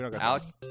Alex